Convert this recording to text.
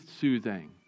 soothing